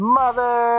mother